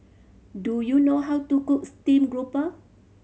do you know how to cook steam grouper